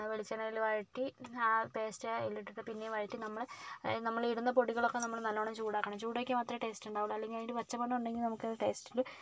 വെളിച്ചെണ്ണയിൽ വഴറ്റി ആ പേസ്റ്റ് അതിലിട്ടിട്ട് പിന്നെയും വഴറ്റി നമ്മൾ നമ്മൾ ഇടുന്ന പൊടികളൊക്കെ നമ്മൾ നല്ലവണ്ണം ചൂടാക്കണം ചൂടാക്കിയാൽ മാത്രമേ ടേസ്റ്റ് ഉണ്ടാകുകയുള്ളൂ അല്ലെങ്കിൽ പച്ച മണം ഉണ്ടെങ്കിൽ നമുക്കത് ടേസ്റ്റിൽ ഉണ്ടെങ്കിൽ